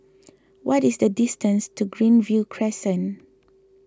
what is the distance to Greenview Crescent